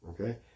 okay